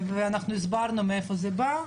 הסברנו מאיפה זה בא,